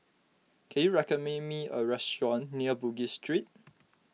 can you recommend me a restaurant near Bugis Street